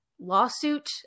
lawsuit